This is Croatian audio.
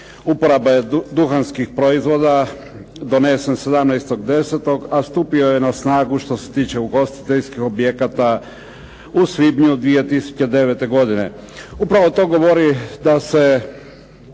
uporabe duhanskih proizvoda donesen 17. 10., a stupio je na snagu što se tiče ugostiteljskih objekata u svibnju 2009. godine. Upravo to govori da su